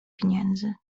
pieniędzy